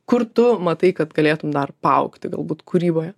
kur tu matai kad galėtum dar paaugti galbūt kūryboje